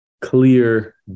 clear